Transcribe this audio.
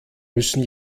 müssen